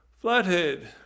flathead